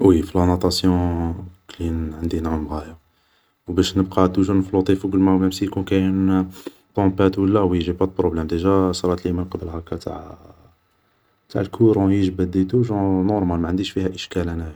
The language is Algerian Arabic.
وي فلاناطاسيون كلي عندي نعوم غايا و بش نبقى توجور نفلوطي فوق الماء مام سي يكون كاين طومبات ولا وي جيبا دو بروبلام ديجا سراتلي من قبل هاكا تاع تاع كورون يجبد أي تو جونغ نورمال ما عنديش فيها اشكال انايا